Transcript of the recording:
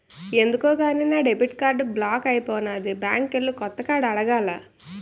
ఎందుకో గాని నా డెబిట్ కార్డు బ్లాక్ అయిపోనాది బ్యాంకికెల్లి కొత్త కార్డు అడగాల